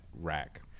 rack